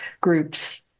groups